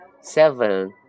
seven